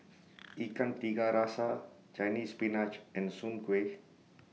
Ikan Tiga Rasa Chinese Spinach and Soon Kueh